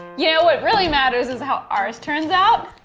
yeah what really matters is how ours turns out.